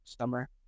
summer